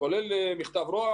כולל מכתב ראש הממשלה.